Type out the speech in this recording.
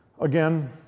Again